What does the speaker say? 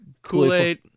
Kool-Aid